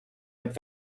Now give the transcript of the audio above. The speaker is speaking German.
mit